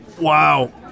Wow